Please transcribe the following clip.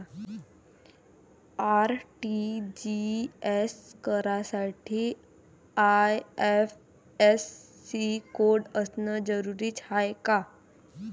RTGS करासाठी IFSC code असनं जरुरीच हाय का?